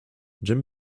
jim